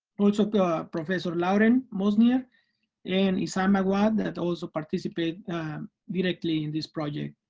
also professor laurent mosnier and issam awad that also participate directly in this project.